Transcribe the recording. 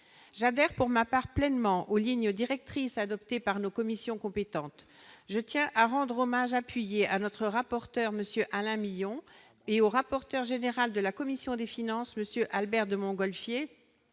J'adhère, pour ma part, pleinement aux lignes directrices adoptées par nos commissions compétentes. Je tiens à rendre un hommage appuyé à notre rapporteur, M. Alain Milon, et au rapporteur général de la commission des finances, M. Albéric de Montgolfier,